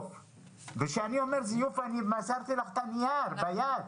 כשאני אומר זיוף מסרתי לך את הנייר ביד.